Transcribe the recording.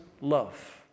love